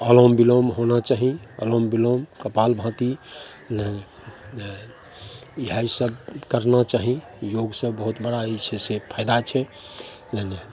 अनुलोम विलोम होना चाही अनुलोम विलोम कपाल भाति नइ नइ इएह सब करना चाही योगसँ बहुत बड़ा जे छै फायदा होइ छै नइ नइ